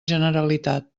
generalitat